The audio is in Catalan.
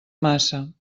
massa